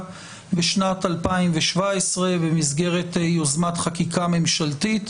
בשנת 2017 במסגרת יוזמת חקיקה ממשלתית